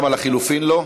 גם על החלופין לא?